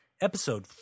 episode